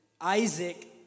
Isaac